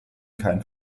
kein